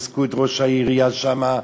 חיזקו את ראש העירייה שם,